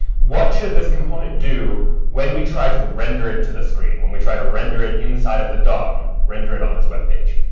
what should this component do when we tried to render it to the screen, when we try to render it inside of the dom, render it on this web page.